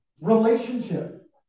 relationship